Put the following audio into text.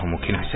সন্মুখীন হৈছে